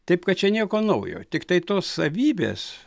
taip kad čia nieko naujo tiktai tos savybės